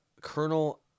Colonel